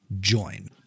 join